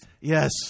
yes